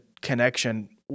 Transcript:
connection